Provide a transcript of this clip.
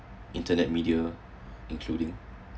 internet media including